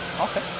Okay